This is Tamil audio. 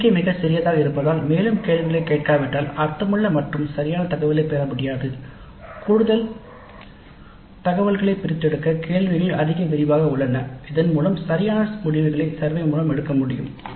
எண்ணிக்கை மிகச் சிறியதாக இருப்பதால் மேலும் கேள்விகளைக் கேட்காவிட்டால் அர்த்தமுள்ள மற்றும் சரியான தகவலைப் பெற முடியாது கூடுதல் தகவல்களைப் பிரித்தெடுக்க கேள்விகள் அதிக விரிவாக உள்ளன இதன்மூலம் சரியான முடிவுகளை சர்வே மூலம் எடுக்க முடியும்